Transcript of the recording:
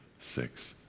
six,